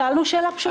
בשמחה,